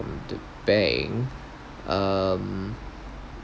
the bank um